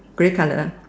grey colour